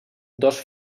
dos